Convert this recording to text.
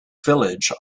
village